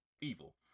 evil